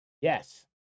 Yes